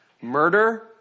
murder